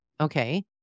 Okay